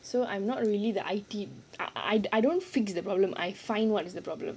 so I'm not really the I_T i~ i~ I don't fix the problem I find what is the problem